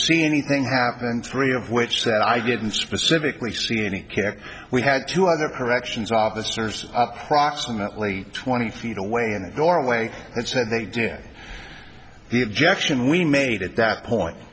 see anything happen three of which said i didn't specifically see any care we had two other directions officers up proximately twenty feet away in a doorway and said they did the objection we made at that point